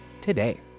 today